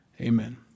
amen